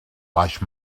baix